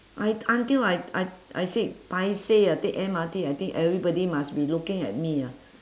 I until I I I said paiseh ah take M_R_T I think everybody must be looking at me ah